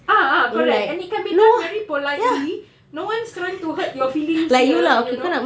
ah ah correct and it can be done very politely no one's trying to hurt your feelings here you know